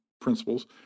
principles